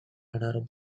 adorable